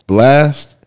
Blast